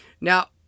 Now